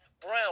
Brown